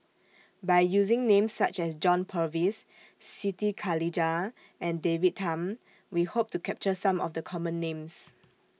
By using Names such as John Purvis Siti Khalijah and David Tham We Hope to capture Some of The Common Names